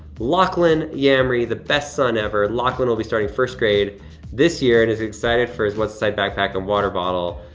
lachlan yamri, the best son ever. lachlan will be starting first grade this year and is excited for his what's inside backpack and water bottle.